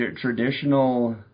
traditional